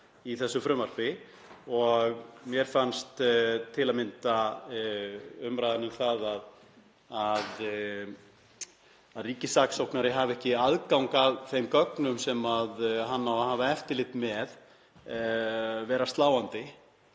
í frumvarpinu. Mér fannst til að mynda umræðan um það að ríkissaksóknari hafi ekki aðgang að þeim gögnum sem hann á að hafa eftirlit með vera sláandi